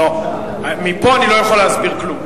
לא, מפה אני לא יכול להסביר כלום.